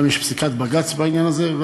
גם יש פסיקת בג"ץ בעניין הזה.